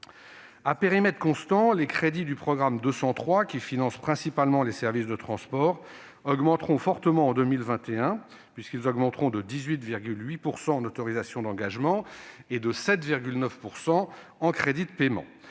À périmètre constant, les crédits du programme 203, qui financent principalement les services de transports, augmenteront fortement en 2021- ils croîtront de 18,8 % en autorisations d'engagement et de 7,9 % en crédits de paiement